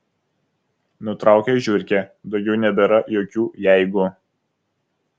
nutraukė žiurkė daugiau nebėra jokių jeigu